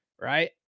right